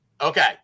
Okay